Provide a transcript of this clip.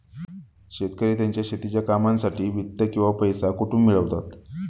शेतकरी त्यांच्या शेतीच्या कामांसाठी वित्त किंवा पैसा कुठून मिळवतात?